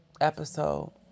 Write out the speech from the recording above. episode